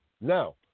Now